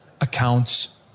accounts